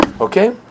Okay